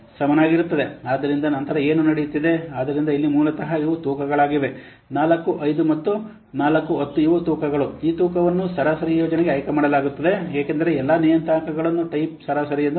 ಆದ್ದರಿಂದ ನಂತರ ಏನು ನಡೆಯುತ್ತಿದೆ ಆದ್ದರಿಂದ ಇಲ್ಲಿ ಮೂಲತಃ ಇವು ತೂಕಗಳಾಗಿವೆ 4 5 ಮತ್ತು 4 10 ಇವುಗಳು ತೂಕಗಳು ಈ ತೂಕವನ್ನು ಸರಾಸರಿ ಯೋಜನೆಗೆ ಆಯ್ಕೆಮಾಡಲಾಗುತ್ತದೆ ಏಕೆಂದರೆ ಎಲ್ಲಾ ನಿಯತಾಂಕಗಳನ್ನು ಟೈಪ್ ಸರಾಸರಿ ಎಂದು ನೋಡಿ